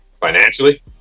financially